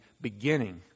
beginning